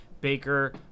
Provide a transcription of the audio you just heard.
Baker